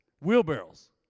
wheelbarrows